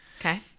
okay